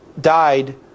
died